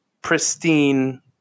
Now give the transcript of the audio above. pristine